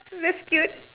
that's cute